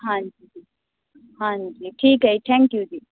ਹਾਂਜੀ ਹਾਂਜੀ ਠੀਕ ਹੈ ਜੀ ਥੈਂਕ ਯੂ ਜੀ